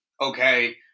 okay